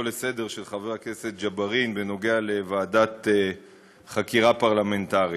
לסדר-היום של חבר הכנסת ג'בארין בנוגע לוועדת חקירה פרלמנטרית.